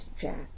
Jack